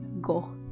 go